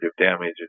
damage